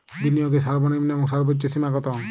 বিনিয়োগের সর্বনিম্ন এবং সর্বোচ্চ সীমা কত?